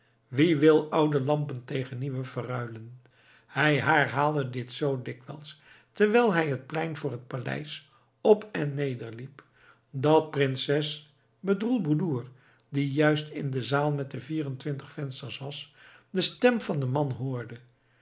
wie wil oude lampen tegen nieuwe verruilen hij herhaalde dit zoo dikwijls terwijl hij het plein voor het paleis op en neder liep dat prinses bedroelboedoer die juist in de zaal met de vier en twintig vensters was de stem van den man hoorde